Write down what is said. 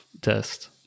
test